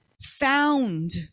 found